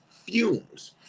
Fumes